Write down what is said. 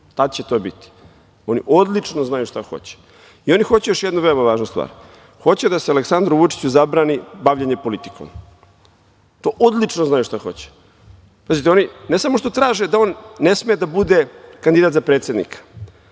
Tada će to biti. Oni odlično znaju šta hoće. Oni hoće još jednu veoma važnu stvar. Hoće da se Aleksandru Vučiću zabrani bavljenje politikom. To odlično znaju šta hoće. Oni ne samo što traže da on ne sme da bude kandidat za predsednika,